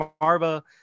Marva